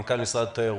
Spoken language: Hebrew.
מנכ"ל משרד התיירות.